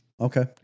Okay